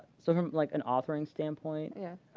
so from like an authoring standpoint, yeah